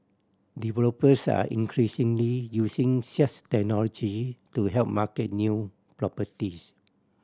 developers are increasingly using such technology to help market new properties